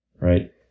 Right